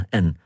en